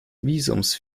visums